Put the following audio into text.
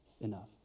enough